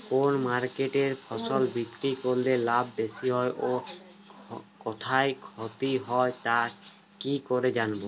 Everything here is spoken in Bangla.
কোন মার্কেটে ফসল বিক্রি করলে লাভ বেশি হয় ও কোথায় ক্ষতি হয় তা কি করে জানবো?